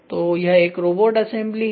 तो यह एक रोबोट असेंबली है